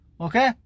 okay